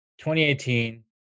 2018